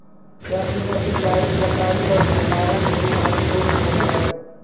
चक्र में सिंचाई, कटाई आउ भण्डारण भी महत्त्वपूर्ण होवऽ हइ